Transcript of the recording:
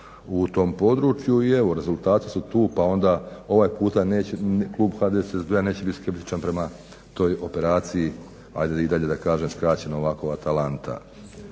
u tom području. I evo rezultati su tu pa onda ovaj puta klub HDSSB-a neće biti skeptičan prema toj operaciji ajde i dalje da kažem skraćeno ovako Atalanta.